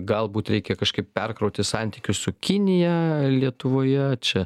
galbūt reikia kažkaip perkrauti santykius su kinija lietuvoje čia